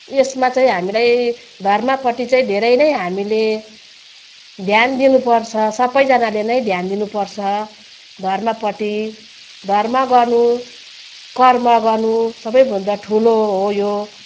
यसमा चाहिँ हामीलाई धर्मपट्टि चाहिँ धेरै नै हामीले ध्यान दिनु पर्छ सबजनाले नै ध्यान दिनु पर्छ धर्मपट्टि धर्म गर्नु कर्म गर्नु सबभन्दा ठुलो हो यो